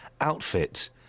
outfit